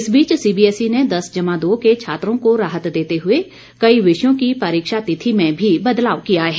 इस बीच CBSE ने दस जमा दो के छात्रों को राहत देते हुए कई विषयों की परीक्षा तिथि में भी बदलाव किया है